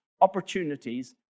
opportunities